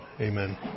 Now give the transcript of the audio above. Amen